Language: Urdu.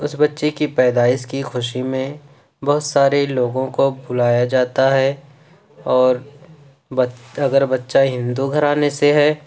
اس بچّے کی پیدائش کی خوشی میں بہت سارے لوگوں کو بلایا جاتا ہے اور اگر بچّہ ہندو گھرانے سے ہے